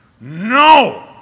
No